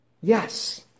Yes